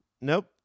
Nope